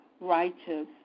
righteous